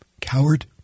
Coward